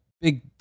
big